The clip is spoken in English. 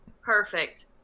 Perfect